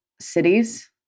cities